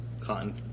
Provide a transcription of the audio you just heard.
cotton